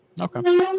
Okay